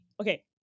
okay